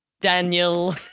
Daniel